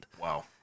Wow